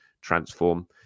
transform